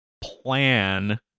plan